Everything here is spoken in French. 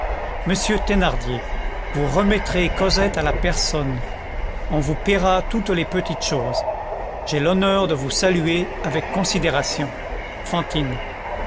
monsieur thénardier vous remettrez cosette à la personne on vous payera toutes les petites choses j'ai l'honneur de vous saluer avec considération fantine